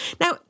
Now